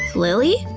lilly?